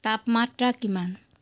তাপমাত্ৰা কিমান